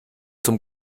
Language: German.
zum